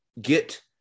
get